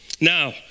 Now